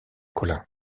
collin